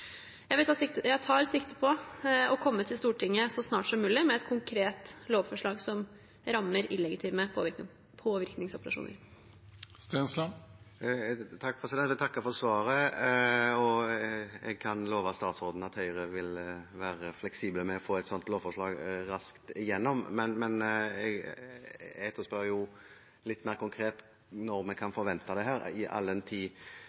Jeg tar sikte på å komme til Stortinget så snart som mulig med et konkret lovforslag som rammer illegitime påvirkningsoperasjoner. Jeg takker for svaret, og jeg kan love statsråden at Høyre vil være fleksible med å få et sånt lovforslag raskt igjennom. Men jeg etterspør litt mer konkret når vi kan forvente det, all den tid